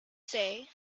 say